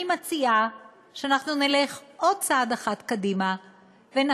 אני מציעה שאנחנו נלך עוד צעד אחד קדימה ונחליט